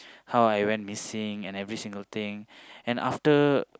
how I went missing and every single thing and after